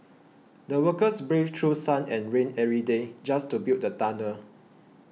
the workers braved through sun and rain every day just to build the tunnel